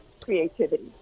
creativity